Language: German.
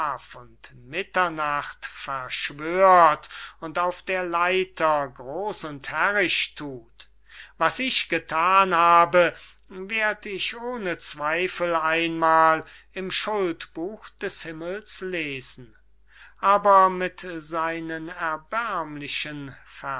mitternacht verschwört und auf der leiter gros und herrisch thut was ich gethan habe werd ich ohne zweifel einmal im schuldbuch des himmels lesen aber mit seinen erbärmlichen